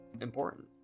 important